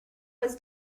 was